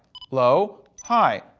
low, high,